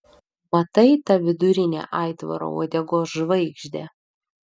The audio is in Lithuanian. matai tą vidurinę aitvaro uodegos žvaigždę